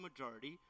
majority